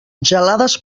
gelades